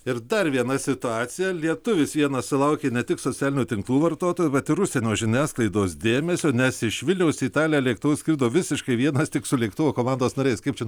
ir dar viena situacija lietuvis vienas sulaukė ne tik socialinių tinklų vartotojų bet ir užsienio žiniasklaidos dėmesio nes iš vilniaus į italiją lėktuvu skrido visiškai vienas tik su lėktuvo komandos nariais kaip čia